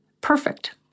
perfect